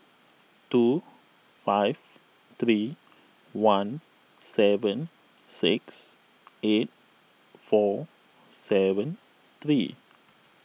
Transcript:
two five three one seven six eight four seven three